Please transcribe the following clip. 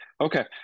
okay